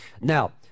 Now